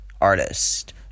artist